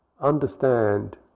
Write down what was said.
understand